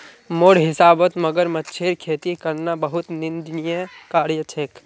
मोर हिसाबौत मगरमच्छेर खेती करना बहुत निंदनीय कार्य छेक